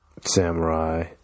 samurai